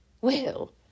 Well